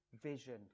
vision